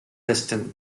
weston